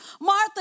Martha